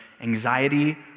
anxiety